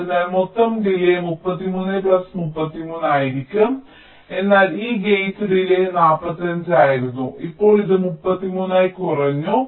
അതിനാൽ മൊത്തം delay 33 plus 33 ആയിരിക്കും എന്നാൽ ഈ ഗേറ്റ് ഡിലേയ് 45 ആയിരുന്നു ഇപ്പോൾ ഇത് 33 ആയി കുറഞ്ഞു